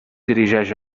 dirigeix